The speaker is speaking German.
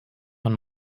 man